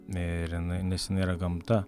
ir nes jinai yra gamta